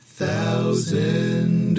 thousand